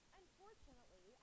unfortunately